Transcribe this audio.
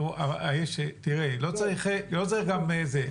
תראה, לא צריך גם זה.